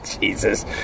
Jesus